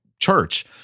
church